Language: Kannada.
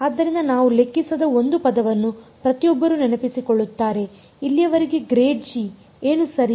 ಆದ್ದರಿಂದ ನಾವು ಲೆಕ್ಕಿಸದ ಒಂದು ಪದವನ್ನು ಪ್ರತಿಯೊಬ್ಬರೂ ನೆನಪಿಸಿಕೊಳ್ಳುತ್ತಾರೆ ಇಲ್ಲಿಯವರೆಗೆ ಏನು ಸರಿ